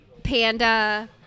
Panda